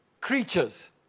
creatures